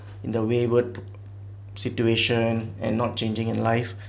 in the wayward situation and not changing in life